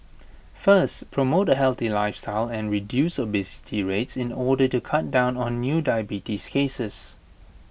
first promote A healthy lifestyle and reduce obesity rates in order to cut down on new diabetes cases